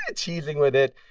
ah cheesing with it.